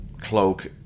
cloak